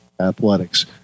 Athletics